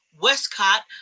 Westcott